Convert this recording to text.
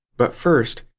but first,